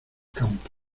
campo